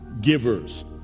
givers